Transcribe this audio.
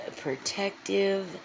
protective